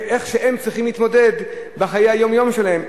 איך הם צריכים להתמודד בחיי היום-יום שלהם,